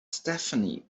stephanie